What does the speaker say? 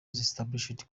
established